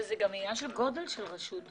זה גם עניין של גודל רשות.